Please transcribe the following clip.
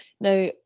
Now